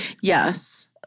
Yes